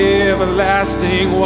everlasting